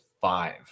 five